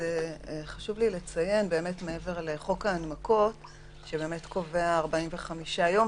חשוב לי לציין מעבר לחוק ההנמקות שקובע 45 יום,